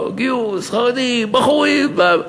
גיוס, חרדים, בחורים.